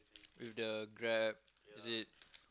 with the grab is it